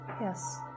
Yes